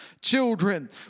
children